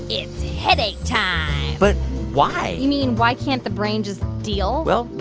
it's headache time but why? you mean, why can't the brain just deal? well,